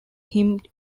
him